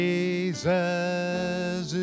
Jesus